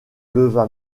leva